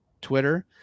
Twitter